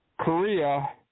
Korea